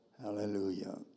hallelujah